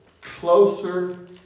closer